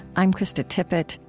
i'm krista tippett.